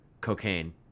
cocaine